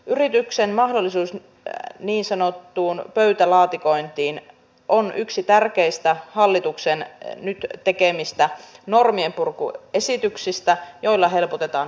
yrityksen mahdollisuus niin sanottuun pöytälaatikointiin on yksi tärkeistä hallituksen nyt tekemistä normien purkuesityksistä joilla helpotetaan yritystoimintaa ja työntekoa